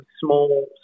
small